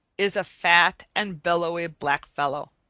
is a fat and billowy black fellow,